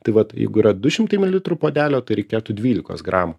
tai vat jeigu yra du šimtai mililitrų puodelio tai reikėtų dvylikos gramų